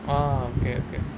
ah okay okay